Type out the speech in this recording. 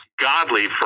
Godly